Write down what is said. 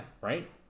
right